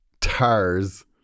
tars